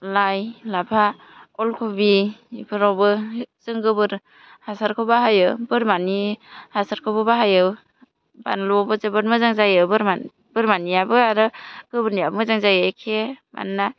लाइ लाफा अल क'बि बिफोरावबो जों गोबोर हासारखौ बाहायो बोरमानि हासारखौबो बाहायो बानलुआवबो जोबोर मोजां जायो बोरमा बोरमानियाबो आरो गोबोरनियाबो मोजां जायो एखे मानोना